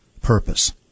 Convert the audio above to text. purpose